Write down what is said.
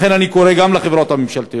לכן, אני קורא גם לחברות הממשלתיות: